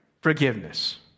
forgiveness